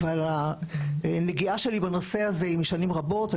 אבל הנגיעה שלי בנושא הזה היא שנים רבות.